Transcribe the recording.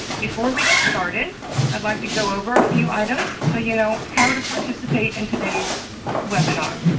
before we get started i'd like to go over a few items so you know how to participate in today's webinar.